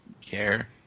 care